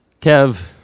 Kev